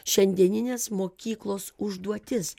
šiandieninės mokyklos užduotis